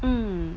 mm